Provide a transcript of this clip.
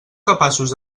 capaços